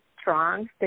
strong